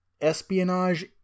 espionage